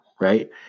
right